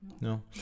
No